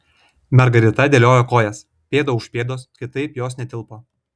margarita dėliojo kojas pėda už pėdos kitaip jos netilpo